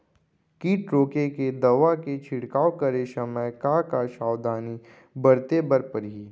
किट रोके के दवा के छिड़काव करे समय, का का सावधानी बरते बर परही?